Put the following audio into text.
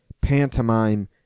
pantomime